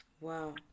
Wow